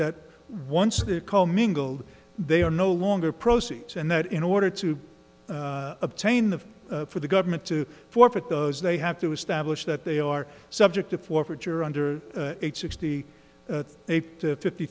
that once they're co mingled they are no longer proceeds and that in order to obtain the for the government to forfeit those they have to establish that they are subject to forfeiture under age sixty eight to fifty